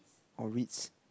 or Ritz